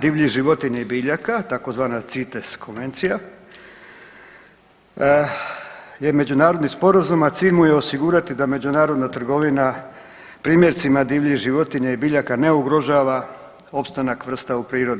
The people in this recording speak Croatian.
divljih životinja i biljaka, tzv. CITES konvencija je međunarodni sporazum, a cilj mu je osigurati da međunarodna trgovina primjercima divljih životinja i biljaka ne ugrožava opstanak vrsta u prirodi.